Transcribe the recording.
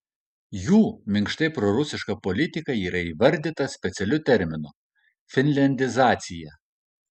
jų minkštai prorusiška politika yra įvardyta specialiu terminu finliandizacija